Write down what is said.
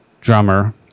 drummer